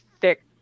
thick